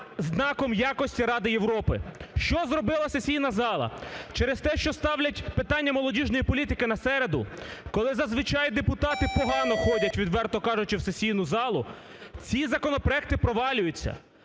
знаком якості Ради Європи. Що зробила сесійна зала? Через те, що ставлять питання молодіжної політики на середу, коли, зазвичай, депутати погано ходять, відверто кажучи, в сесійну залу, ці законопроекти провалюються.